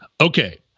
okay